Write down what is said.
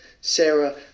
Sarah